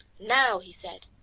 now, he said,